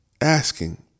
asking